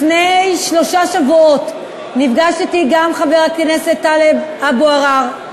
לפני שלושה שבועות נפגש אתי גם חבר הכנסת טלב אבו עראר,